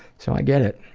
so i get it.